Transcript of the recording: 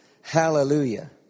Hallelujah